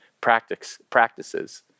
practices